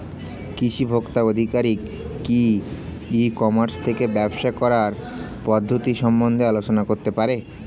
কৃষি ভোক্তা আধিকারিক কি ই কর্মাস থেকে ব্যবসা করার পদ্ধতি সম্বন্ধে আলোচনা করতে পারে?